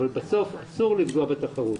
אבל בסוף אסור לפגוע בתחרות.